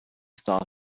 star